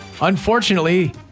Unfortunately